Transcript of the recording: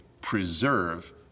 preserve